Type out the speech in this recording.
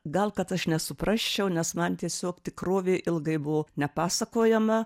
gal kad aš nesuprasčiau nes man tiesiog tikrovė ilgai buvo nepasakojama